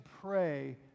pray